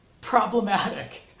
problematic